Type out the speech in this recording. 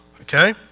okay